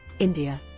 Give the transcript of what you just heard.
india